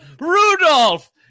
Rudolph